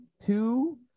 two